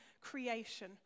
creation